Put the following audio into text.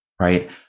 right